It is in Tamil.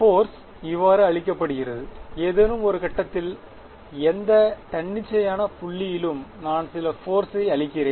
போர்ஸ் இவ்வாறு அளிக்கப்படுகிறது ஏதேனும் ஒரு கட்டத்தில் எந்த தன்னிச்சையான புள்ளியிலும் நான் சில போர்சை அளிக்கிறேன்